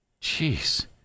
Jeez